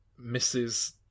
Mrs